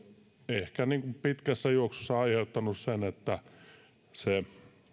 ehkä pitkässä juoksussa aiheuttanut sen että se